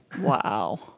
Wow